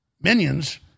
minions